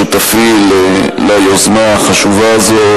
שותפי ליוזמה החשובה הזאת,